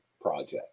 project